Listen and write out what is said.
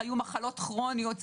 מחלות כרוניות.